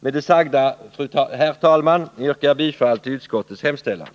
Med det sagda, herr talman, yrkar jag bifall till utskottets hemställan.